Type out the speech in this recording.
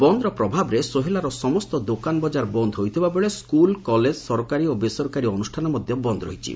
ବନ୍ଦର ପ୍ରଭାବରେ ସୋହେଲାର ସମସ୍ତ ଦୋକାନ ବଜାର ବନ୍ଦ ହୋଇଥିବାବେଳେ ସ୍କୁଲ କଲେଜ ସରକାରୀ ଓ ବେସରକାରୀ ଅନୁଷ୍ଠାନ ବନ୍ଦ ରହିଛି